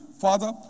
Father